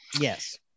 Yes